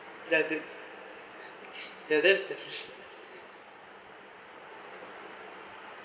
the the this there's definite